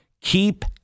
Keep